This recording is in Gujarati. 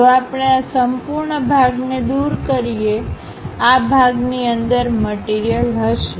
જો આપણે આ સંપૂર્ણ ભાગને દૂર કરીએઆ ભાગની અંદર મટીરીયલહશે